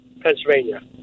Pennsylvania